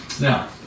Now